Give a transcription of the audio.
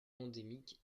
endémique